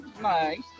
nice